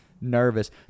nervous